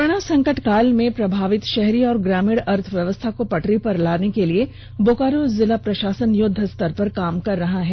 corona संकट काल में प्रभावित शहरी और ग्रामीण अर्थव्यवस्था को पटरी पर लाने के लिए बोकारो जिला प्रशासन युद्ध स्तर पर काम कर रहा है